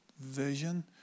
vision